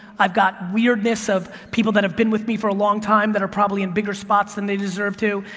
i've got weirdness of people that have been with me for a long time that are probably in bigger spots than they deserve to.